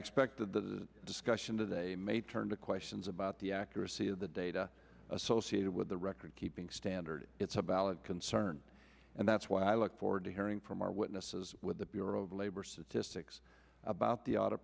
that the discussion today may turn to questions about the accuracy of the data associated with the record keeping standard it's a ballad concern and that's why i look forward to hearing from our witnesses with the bureau of labor statistics about the